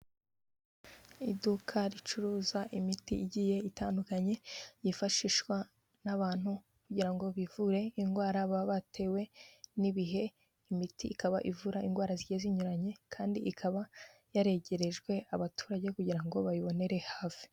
Iduka ricuruza imiti igiye itandukanye, yifashishwa n'abantu kugira ngo bivure indwara baba batewe n'ibihe, imiti ikaba ivura indwara zigiye zinyuranye, kandi ikaba yaregerejwe abaturage kugira ngo bayibonere hafi.